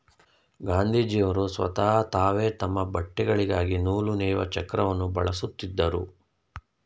ಗಾಂಧೀಜಿಯವರು ಸ್ವತಹ ತಾವೇ ತಮ್ಮ ಬಟ್ಟೆಗಳಿಗಾಗಿ ನೂಲು ನೇಯುವ ಚಕ್ರವನ್ನು ಬಳಸುತ್ತಿದ್ದರು